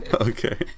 Okay